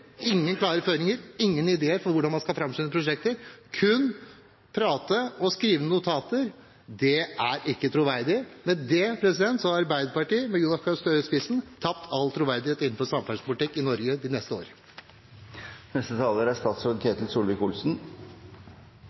ingen egen tabell, ingen klare føringer, ingen ideer til hvordan man skal framskynde prosjekter. Kun prate og skrive notater – det er ikke troverdig. Med det har Arbeiderpartiet, med Jonas Gahr Støre i spissen, tapt all troverdighet innenfor samferdselspolitikken i Norge de neste